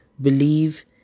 Believe